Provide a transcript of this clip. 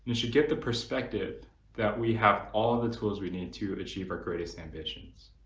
and should get the perspective that we have all the tools we need to achieve our greatest ambitions.